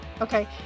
Okay